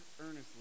earnestly